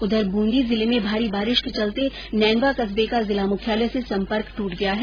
उधर बूंदी जिले में भारी बारिश के चलते नैनवा कस्बे का जिला मुख्यालय से संपर्क ट्रंट गया है